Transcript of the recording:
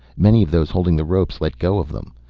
many of those holding the ropes let go of them.